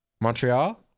Montreal